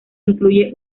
incluye